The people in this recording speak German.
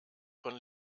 von